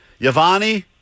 Yavani